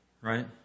right